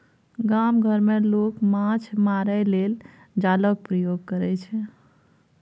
गाम घर मे लोक माछ मारय लेल जालक प्रयोग करय छै